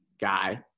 guy